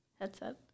headset